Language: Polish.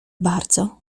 bardzo